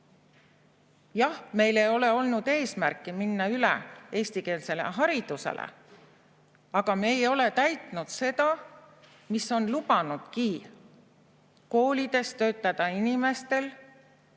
Jah, meil ei ole olnud eesmärki minna üle eestikeelsele haridusele, aga me ei ole täitnud seda seadust, mis on lubanudki koolides töötada inimestel,